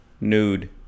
nude